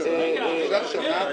אפשר שנה?